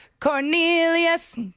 Cornelius